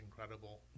incredible